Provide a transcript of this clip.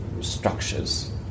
structures